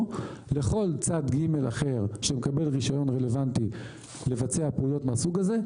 לכל צד ג' אחר שמקבל רישיון רלוונטי לבצע פעולות מהסוג הזה,